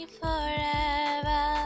forever